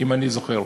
אם אני זוכר: